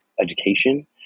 education